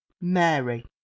Mary